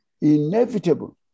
inevitable